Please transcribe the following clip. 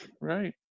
Right